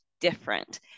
different